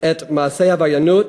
את מעשי העבריינות